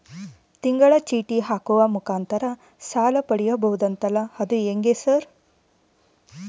ತಿಂಗಳ ಚೇಟಿ ಹಾಕುವ ಮುಖಾಂತರ ಸಾಲ ಪಡಿಬಹುದಂತಲ ಅದು ಹೆಂಗ ಸರ್?